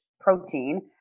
protein